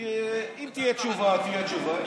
כי אם תהיה תשובה, תהיה תשובה.